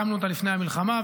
הקמנו אותה לפני המלחמה,